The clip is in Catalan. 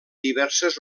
diverses